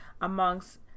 amongst